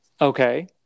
Okay